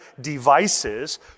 devices